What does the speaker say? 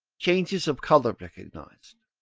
changes of colour recognised.